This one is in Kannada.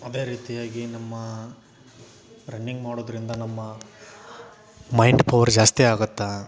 ಅದೇ ರೀತಿಯಾಗಿ ನಮ್ಮ ರನ್ನಿಂಗ್ ಮಾಡೋದರಿಂದ ನಮ್ಮ ಮೈಂಡ್ ಪವರ್ ಜಾಸ್ತಿ ಆಗುತ್ತೆ